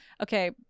okay